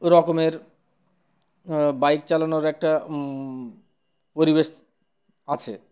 রকমের বাইক চালানোর একটা পরিবেশ আছে